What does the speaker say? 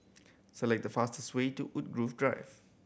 select the fastest way to Woodgrove Drive